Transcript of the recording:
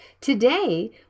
Today